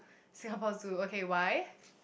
Singapore-Zoo okay why